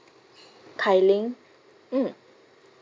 tai ling mm